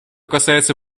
касается